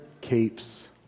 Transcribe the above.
capes